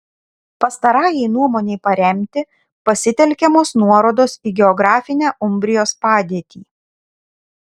pastarajai nuomonei paremti pasitelkiamos nuorodos į geografinę umbrijos padėtį